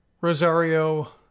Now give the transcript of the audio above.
Rosario